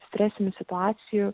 stresinių situacijų